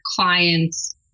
clients